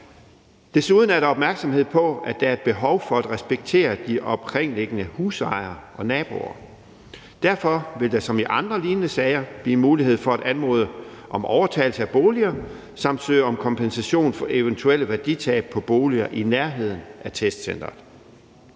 Desuden er der opmærksomhed på, at der er et behov for at respektere de omkringliggende husejere og naboer. Derfor vil der som i andre lignende sager blive mulighed for at anmode om overtagelse af boliger samt søge om kompensation for eventuelle værditab på boliger i nærheden af testcenteret.